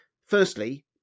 Firstly